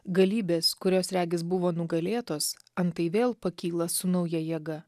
galybės kurios regis buvo nugalėtos antai vėl pakyla su nauja jėga